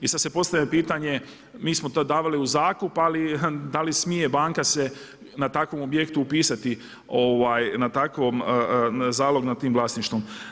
I sad se postavlja pitanje, mi smo to davali u zakup, ali da li smije banka se na takvom objektu upisati na takvom, zalog nad tim vlasništvom.